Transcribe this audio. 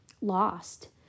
lost